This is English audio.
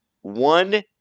One